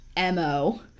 MO